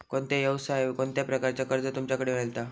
कोणत्या यवसाय कोणत्या प्रकारचा कर्ज तुमच्याकडे मेलता?